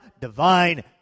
divine